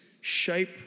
shape